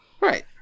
Right